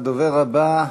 הדובר הבא,